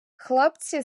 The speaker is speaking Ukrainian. хлопці